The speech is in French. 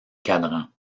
cadran